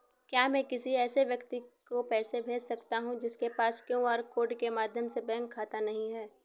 क्या मैं किसी ऐसे व्यक्ति को पैसे भेज सकता हूँ जिसके पास क्यू.आर कोड के माध्यम से बैंक खाता नहीं है?